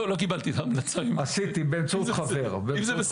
עשיתי באמצעות חבר.